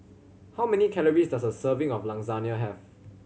how many calories does a serving of Lasagna have